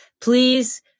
please